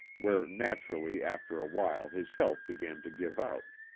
where naturally after awhile his health began to give out.